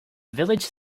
village